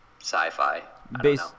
sci-fi